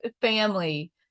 family